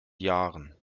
jahren